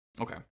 Okay